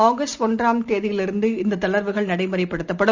August ஒன்றாம் தேதியிலிருந்து இந்ததளர்வுகள் நடைமுறைப்படுத்தப்படும்